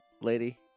Lady